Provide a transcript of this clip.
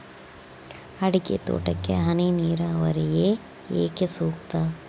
ಅಡಿಕೆ ತೋಟಕ್ಕೆ ಹನಿ ನೇರಾವರಿಯೇ ಏಕೆ ಸೂಕ್ತ?